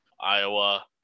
Iowa